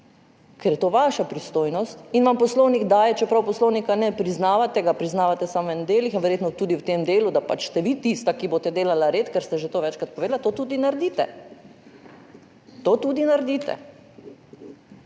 ker je to vaša pristojnost in vam poslovnik daje, čeprav poslovnika ne priznavate, ga priznavate samo en del, verjetno tudi v tem delu, da pač ste vi tista, ki boste delala red, ker ste že večkrat povedali, to tudi naredite. To tudi naredite.